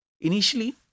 initially